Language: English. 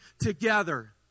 together